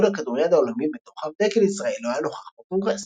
איגוד הכדוריד העולמי בדוחה ודגל ישראל לא היה נוכח בקונגרס.